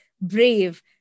brave